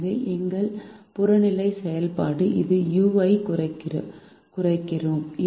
எனவே எங்கள் புறநிலை செயல்பாடு இது u ஐ குறைக்கிறோம்